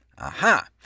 Aha